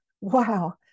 wow